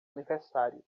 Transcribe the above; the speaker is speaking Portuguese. aniversário